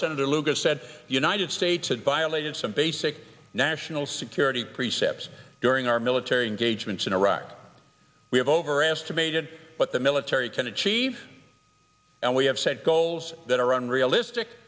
senator lugar said united states had violated some basic national security precepts during our military engagements in iraq we have overestimated what the military can achieve and we have set goals that are unrealistic